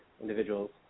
individuals